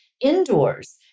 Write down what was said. indoors